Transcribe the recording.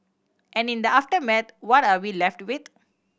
and in the aftermath what are we left with